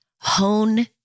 Hone